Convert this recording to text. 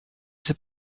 sais